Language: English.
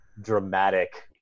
dramatic